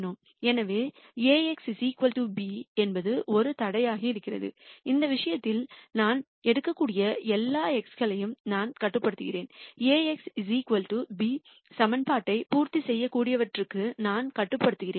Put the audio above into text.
எனவே ax b என்பது ஒரு தடையாக இருக்கிறது இந்த விஷயத்தில் நான் எடுக்கக்கூடிய எல்லா x களையும் நான் கட்டுப்படுத்துகிறேன் ax b சமன்பாட்டை பூர்த்திசெய்யக்கூடியவற்றுக்கு நான் கட்டுப்படுத்துகிறேன்